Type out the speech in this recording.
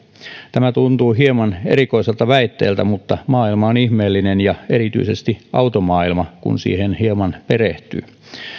tämä tuntuu hieman erikoiselta väitteeltä mutta maailma on ihmeellinen ja erityisesti automaailma kun siihen hieman perehtyy